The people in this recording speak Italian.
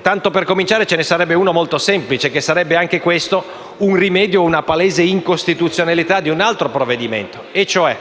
Tanto per cominciare, ce ne sarebbe uno molto semplice, che sarebbe anch'esso un rimedio a una palese incostituzionalità di un altro provvedimento, e cioè